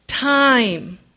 Time